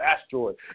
asteroid